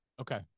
Okay